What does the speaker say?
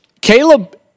caleb